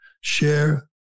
share